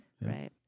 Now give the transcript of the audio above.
Right